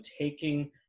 taking